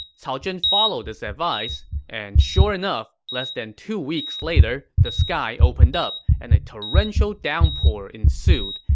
cao zhen followed this advice, and sure enough, less than two weeks later, the sky opened up and a torrential downpour ensued.